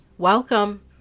Welcome